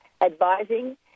advising